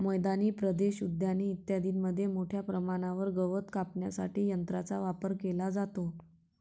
मैदानी प्रदेश, उद्याने इत्यादींमध्ये मोठ्या प्रमाणावर गवत कापण्यासाठी यंत्रांचा वापर केला जातो